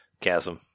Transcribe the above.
Chasm